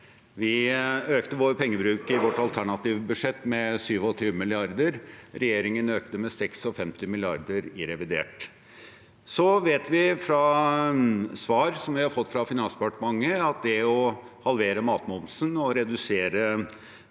Vi økte vår pengebruk i vårt alternative budsjett med 27 mrd. kr. Regjeringen økte sin med 56 mrd. kr i revidert. Så vet vi fra svar som vi har fått fra Finansdepartementet, at det å halvere matmomsen og redusere